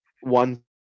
one